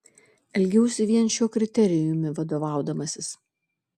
elgiausi vien šiuo kriterijumi vadovaudamasis